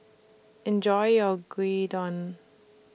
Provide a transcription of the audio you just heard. Enjoy your Gyudon